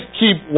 keep